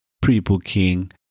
pre-booking